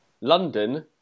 London